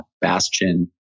Bastion